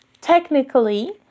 technically